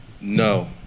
No